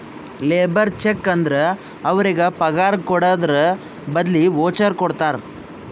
labour check ಅಂದುರ್ ಅವ್ರಿಗ ಪಗಾರ್ ಕೊಡದ್ರ್ ಬದ್ಲಿ ವೋಚರ್ ಕೊಡ್ತಾರ